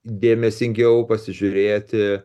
dėmesingiau pasižiūrėti